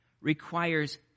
requires